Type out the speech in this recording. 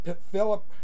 Philip